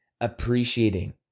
appreciating